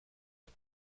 est